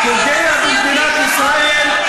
ואין לנו שום כוונה להפסיק להילחם בטרור.